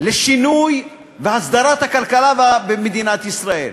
לשינוי והסדרת הכלכלה במדינת ישראל,